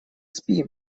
спи